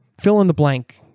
fill-in-the-blank